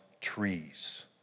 trees